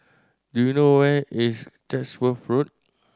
do you know where is Chatsworth Road